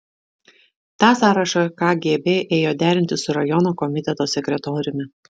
tą sąrašą kgb ėjo derinti su rajono komiteto sekretoriumi